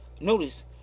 notice